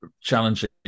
challenging